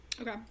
Okay